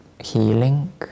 Healing